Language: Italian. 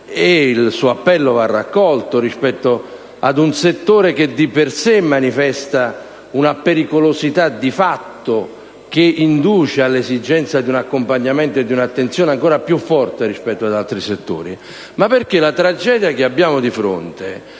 il cui appello va raccolto - a proposito di un settore che di per sé manifesta una pericolosità di fatto e che dunque induce all'esigenza di un accompagnamento e di un'attenzione ancora più forte rispetto ad altri settori, ma anche perché la tragedia che abbiamo di fronte